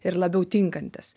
ir labiau tinkantis